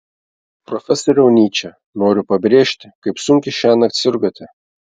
profesoriau nyče noriu pabrėžti kaip sunkiai šiąnakt sirgote